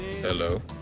Hello